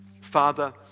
Father